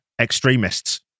extremists